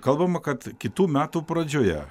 kalbama kad kitų metų pradžioje